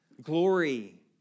Glory